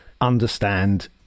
understand